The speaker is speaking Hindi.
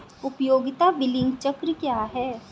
उपयोगिता बिलिंग चक्र क्या है?